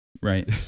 right